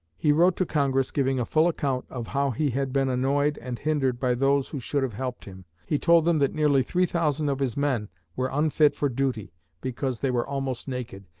he wrote to congress, giving a full account of how he had been annoyed and hindered by those who should have helped him. he told them that nearly three thousand of his men were unfit for duty because they were almost naked,